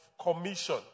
commission